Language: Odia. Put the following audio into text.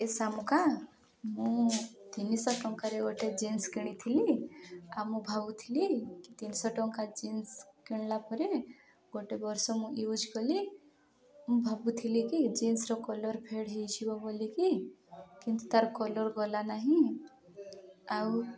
ଏ ସାମୁକା ମୁଁ ତିନିଶହ ଟଙ୍କାରେ ଗୋଟେ ଜିନ୍ସ କିଣିଥିଲି ଆଉ ମୁଁ ଭାବୁଥିଲି ତିନିଶହ ଟଙ୍କା ଜିନ୍ସ କିଣିଲା ପରେ ଗୋଟେ ବର୍ଷ ମୁଁ ୟୁଜ କଲି ମୁଁ ଭାବୁଥିଲି କି ଜିନ୍ସର କଲର୍ ଫେଡ଼ ହେଇଯିବ ବୋଲିକି କିନ୍ତୁ ତାର କଲର୍ ଗଲା ନାହିଁ ଆଉ